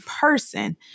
person